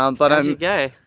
um but i'm gay.